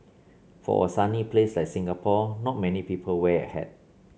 for a sunny place like Singapore not many people wear a hat